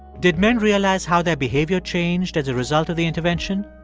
did men realize how their behavior changed as a result of the intervention?